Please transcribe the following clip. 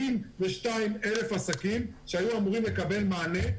82,000 עסקים שהיו אמורים לקבל מענה.